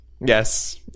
Yes